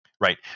Right